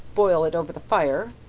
boil it over the fire,